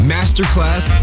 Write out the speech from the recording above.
Masterclass